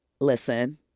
Listen